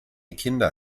kinder